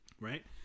right